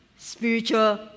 Spiritual